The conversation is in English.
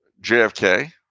JFK